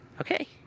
Okay